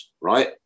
right